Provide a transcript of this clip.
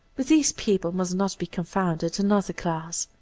with these people must not be confounded another class,